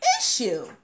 issue